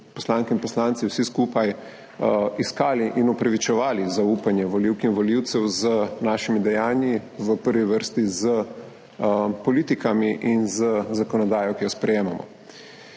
poslanke in poslanci, vsi skupaj iskali in opravičevali zaupanje volivk in volivcev z našimi dejanji, v prvi vrsti s politikami in z zakonodajo, ki jo sprejemamo.